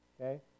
Okay